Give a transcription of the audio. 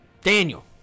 Daniel